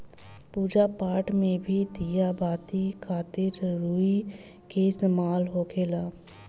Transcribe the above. पूजा पाठ मे भी दिया बाती खातिर रुई के इस्तेमाल होखेला